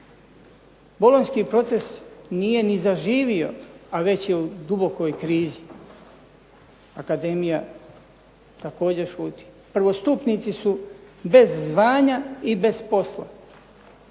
Bolonjski proces nije ni zaživo, a već je u dubokoj krizi. Akademija također šuti. Prvostupnici su bez zvanja i bez posla.